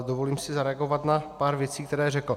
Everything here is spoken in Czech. Dovolím si zareagovat na pár věcí, které řekl.